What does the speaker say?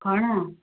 କ'ଣ